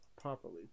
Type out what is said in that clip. properly